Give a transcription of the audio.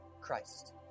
Christ